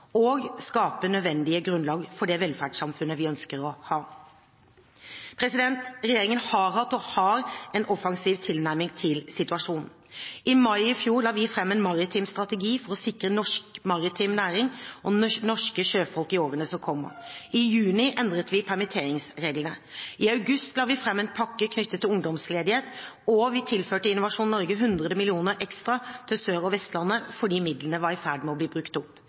og skape nødvendig grunnlag for det velferdssamfunnet vi ønsker å ha. Regjeringen har hatt og har en offensiv tilnærming til situasjonen: I mai i fjor la vi fram en maritim strategi for å sikre norsk maritim næring og norske sjøfolk i årene som kommer. I juni endret vi permitteringsreglene. I august la vi fram en pakke knyttet til ungdomsledighet, og vi tilførte Innovasjon Norge 100 mill. ekstra til Sør- og Vestlandet fordi midlene var i ferd med å bli brukt opp.